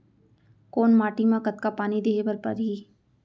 कोन माटी म कतका पानी देहे बर परहि?